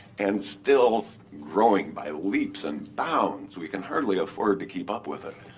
and still growing by leaps and bounds. we can hardly afford to keep up with it.